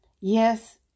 Yes